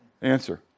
Answer